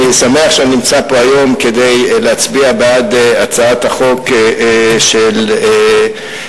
אני שמח שאני נמצא פה היום כדי להצביע בעד הצעת החוק של ידידי,